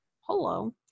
Hello